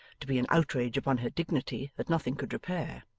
to be an outrage upon her dignity that nothing could repair.